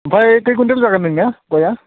ओमफ्राय खै कुविन्टेल जागोन नोंनिया गया